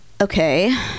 Okay